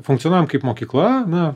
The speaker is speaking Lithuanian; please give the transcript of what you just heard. funkcionuojam kaip mokykla na